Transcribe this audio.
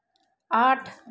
आठ